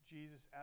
Jesus